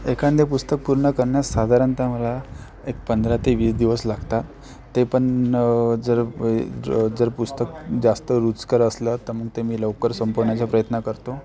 एखादे पुस्तक पूर्ण करण्यास साधारणतः मला एक पंधरा ते वीस दिवस लागतात ते पण जर ज जर पुस्तक जास्त रूचकर असलं तर मग ते मी लवकर संपवण्याचा प्रयत्न करतो